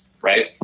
right